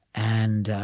and.